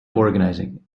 organizing